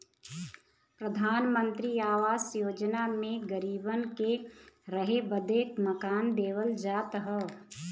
प्रधानमंत्री आवास योजना मे गरीबन के रहे बदे मकान देवल जात हौ